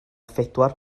phedwar